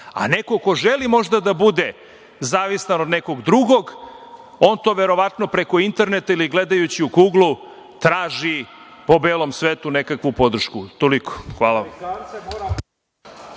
a neko ko želi možda da bude zavistan od nekog drugog on to verovatno preko interneta ili gledajući u kuglu traži po belom svetu nekakvu podršku. Toliko, hvala.